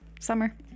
summer